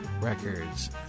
records